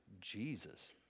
Jesus